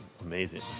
amazing